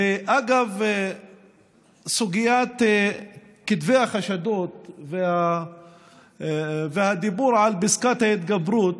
ואגב סוגיית כתבי החשדות והדיבור על פסקת ההתגברות,